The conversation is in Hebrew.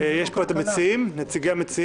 יש פה את נציגי המציעים?